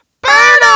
Burn